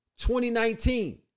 2019